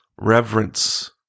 reverence